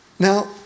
Now